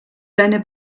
deine